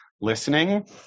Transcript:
listening